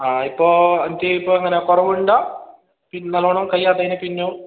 ആ ഇപ്പോൾ എന്നിട്ട് ഇപ്പോൾ എങ്ങനെ കുറവ് ഉണ്ടോ പിന്നെ നല്ലോണം കയ്യാത്തതിന് പിന്നേം